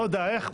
לא יודע איך,